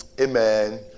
Amen